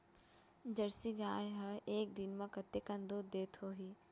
Jersey गाय ह एक दिन म कतेकन दूध देत होही?